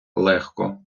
легко